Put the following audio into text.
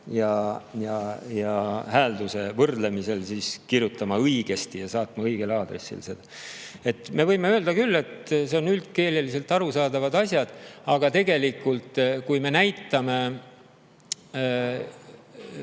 ja häälduse võrdlemisel kirjutama õigesti ja saatma seda õigel aadressil. Me võime öelda küll, et need on üldkeeleliselt arusaadavad asjad, aga tegelikult, kui meil